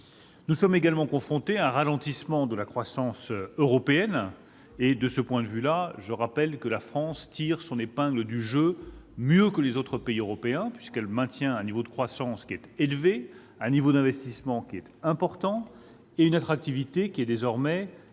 Nous sommes également confrontés à un ralentissement de la croissance européenne. De ce point de vue, je rappelle que la France tire son épingle du jeu : elle fait mieux que les autres pays européens, puisqu'elle maintient un niveau de croissance élevé, un niveau d'investissement important et une attractivité qui est désormais